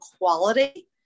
quality